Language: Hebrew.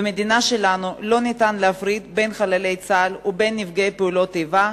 במדינה שלנו לא ניתן להפריד בין חללי צה"ל לבין נפגעי פעולות איבה.